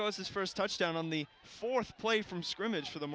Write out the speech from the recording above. goes his first touchdown on the fourth play from scrimmage for the